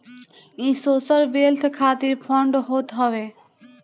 इ social wealth खातिर fund होत हवे